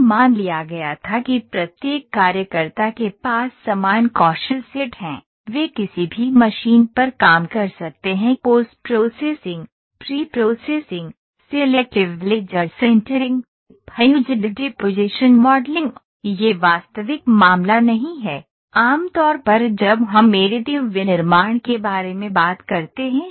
यह मान लिया गया था कि प्रत्येक कार्यकर्ता के पास समान कौशल सेट है वे किसी भी मशीन पर काम कर सकते हैं post processing pre processing selective laser sintering fused deposition modelling यह वास्तविक मामला नहीं है आमतौर पर जब हम एडिटिव विनिर्माण के बारे में बात करते हैं